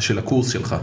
של הקורס שלך.